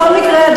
בכל מקרה,